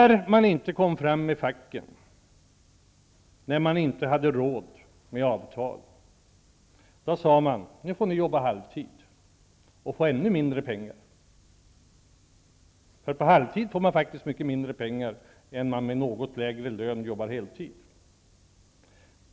När man inte kom fram den fackliga vägen, när man inte hade råd med avtal, sade man att nu får ni jobba halvtid och få ännu mindre pengar. På halvtid får man faktiskt mycket mindre pengar än man får om man med något lägre lön jobbar heltid.